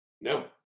No